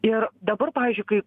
ir dabar pavyzdžiui kai